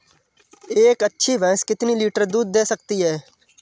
एक अच्छी भैंस कितनी लीटर दूध दे सकती है?